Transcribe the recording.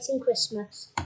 Christmas